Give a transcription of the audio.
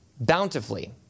bountifully